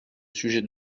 sujet